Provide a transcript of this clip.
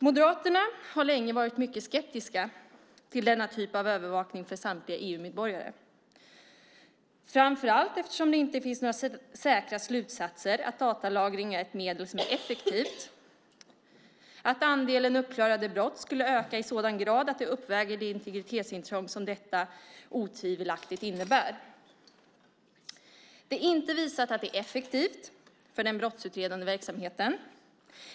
Moderaterna har länge varit mycket skeptiska till denna typ av övervakning av samtliga EU-medborgare, framför allt för att det inte finns några säkra slutsatser om att datalagring är ett effektivt medel, alltså att andelen uppklarade brott ökar i sådan grad att det uppväger det integritetsintrång som detta otvivelaktigt innebär. Det är inte visat att det är effektivt för den brottsutredande verksamheten.